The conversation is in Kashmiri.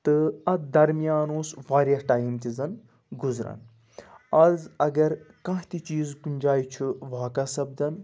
تہٕ اَتھ درمیان اوس واریاہ ٹایم تہِ زَن گُزرَن آز اگر کانٛہہ تہِ چیٖز کُنہِ جایہِ چھُ واقع سَپدان